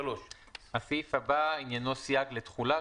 עוברים לסעיף 3. הסעיף הבא עניינו סייג לתחולה,